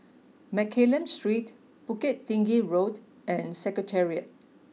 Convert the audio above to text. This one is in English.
Mccallum Street Bukit Tinggi Road and Secretariat